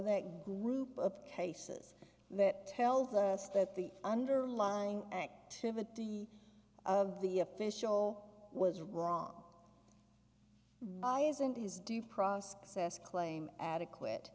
that group of cases that tells us that the underlying activity of the official was wrong why isn't his due process claim adequate